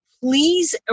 please